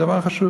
דבר חשוב.